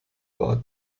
war